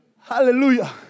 Hallelujah